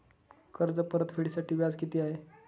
कर्ज परतफेडीसाठी व्याज किती आहे?